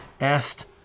asked